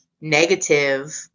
negative